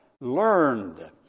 learned